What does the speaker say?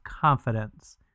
confidence